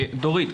דורית,